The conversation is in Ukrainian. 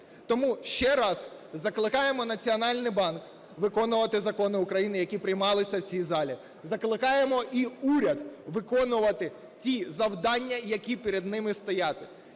Тому ще раз закликаємо Національний банк виконувати закони України, які приймалися в цій залі, закликаємо і уряд виконувати ті завдання, які перед ними стоять,